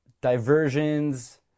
diversions